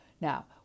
Now